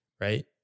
right